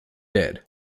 dead